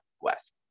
west